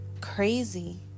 crazy